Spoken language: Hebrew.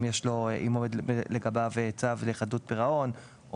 אם עומד לגביו צו לחדלות פירעון,